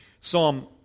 Psalm